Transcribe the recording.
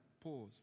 pause